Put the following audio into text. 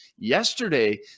Yesterday